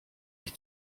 ich